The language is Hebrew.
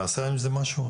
נעשה עם זה משהו?